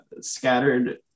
scattered